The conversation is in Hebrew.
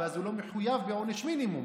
אז הוא מחויב בעונש מינימום.